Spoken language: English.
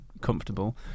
comfortable